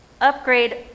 upgrade